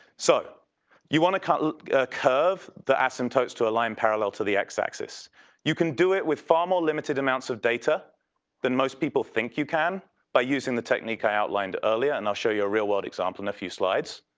so you want to ah curve the asymptotes to a line parallel to the x-axis. you can do it with far more limited amounts of data than most people think you can by using the technique i outlined earlier, and i'll show you a real world example in a few slides.